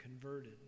converted